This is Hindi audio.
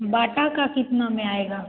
बाटा का कितना में आएगा